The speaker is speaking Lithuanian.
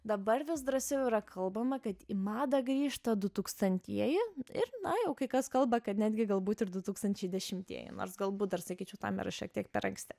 dabar vis drąsiau yra kalbama kad į madą grįžta du tūkstantieji ir na jau kai kas kalba kad netgi galbūt ir du tūkstančiai dešimtieji nors galbūt dar sakyčiau tam yra šiek tiek per anksti